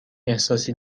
احساسی